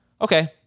Okay